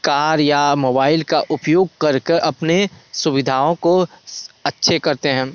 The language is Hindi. कार या मोबाइल का उपयोग करके अपने सुविधाओं को अच्छे करते हैं